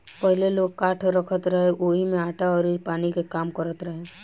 पहिले लोग काठ रखत रहे आ ओही में आटा अउर पानी के काम करत रहे